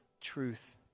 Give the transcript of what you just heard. truth